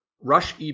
rush